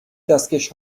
دستکش